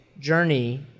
journey